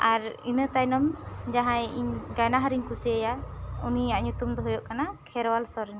ᱟᱨ ᱤᱱᱟᱹ ᱛᱟᱭᱱᱚᱢ ᱡᱟᱦᱟᱸᱭ ᱤᱧ ᱜᱟᱭᱱᱟᱦᱟᱨ ᱤᱧ ᱠᱩᱥᱤᱟᱭᱟ ᱩᱱᱤᱭᱟᱜ ᱧᱩᱛᱩᱢ ᱫᱚ ᱦᱩᱭᱩᱜ ᱠᱟᱱᱟ ᱠᱷᱮᱨᱣᱟᱞ ᱥᱚᱨᱮᱱ